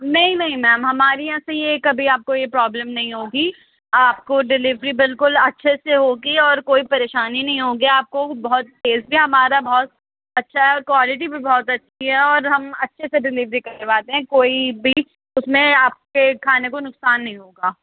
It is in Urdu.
نہیں نہیں میم ہمارے یہاں سے یہ کبھی آپ کو یہ پرابلم نہیں ہوگی آپ کو ڈلیوری بالکل اچھے سے ہوگی اور کوئی پریشانی نہیں ہوگی آپ کو بہت ٹیسٹی ہمارا بہت اچھا ہے کوالیٹی بھی بہت اچھی ہے اور ہم اچھے سے ڈلیوری کرواتے ہیں کوئی بھی اس میں آپ کے کھانے کو نقصان نہیں ہوگا